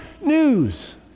news